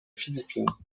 philippines